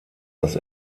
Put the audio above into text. das